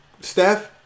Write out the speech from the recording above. Steph